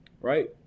Right